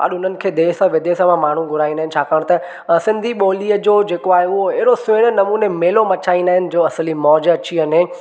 अॼु हुननि खे देश विदेश में माण्हू घुराईंदा आहिनि छा कनि त सिंधी ॿोलीअ जो जेको आहे उहो अहिड़े सुहिणे नमूने मेलो मचाईंदा आहिनि जो असली मौज अची वञे